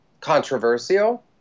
controversial